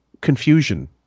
confusion